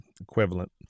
equivalent